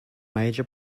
major